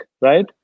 right